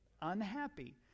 unhappy